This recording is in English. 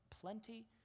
plenty